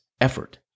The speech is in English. effort